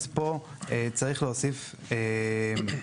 אז פה צריך להוסיף באמצע,